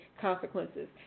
consequences